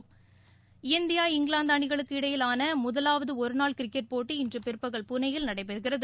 விளையாட்டுச் செய்திகள் India England அணிகளுக்கு இடையிலான முதலாவது ஒருநாள் கிரிக்கெட் போட்டி இன்று பிற்பகல் புனேயில் நடைபெறுகிறது